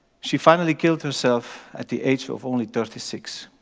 she finally killed herself at the age of only thirty six.